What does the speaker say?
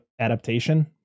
adaptation